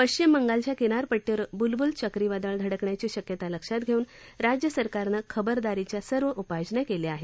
पश्चिम बंगालच्या किनारपट्टीवर ब्लब्ल चक्रीवादळ धडकण्याची शक्यता लक्षात घेऊन राज्य सरकारनं खबरदारीच्या सर्व उपाययोजना केल्या आहेत